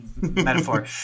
metaphor